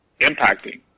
impacting